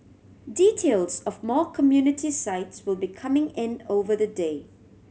details of more community sites will be coming in over the day